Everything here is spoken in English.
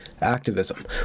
activism